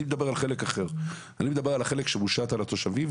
אני מדבר על החלק שמושת על התושבים,